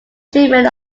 treatment